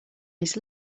his